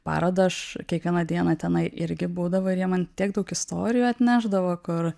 parodą aš kiekvieną dieną tenai irgi būdavau ir jie man tiek daug istorijų atnešdavo kur